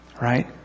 Right